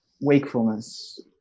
wakefulness